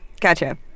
gotcha